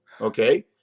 okay